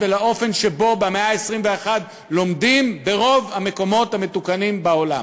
ולאופן שבו במאה ה-21 לומדים ברוב המקומות המתוקנים בעולם.